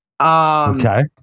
Okay